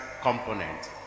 component